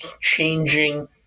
changing